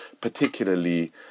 particularly